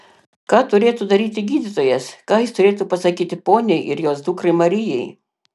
ką turėtų daryti gydytojas ką jis turėtų pasakyti poniai ir jos dukrai marijai